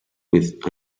with